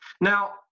Now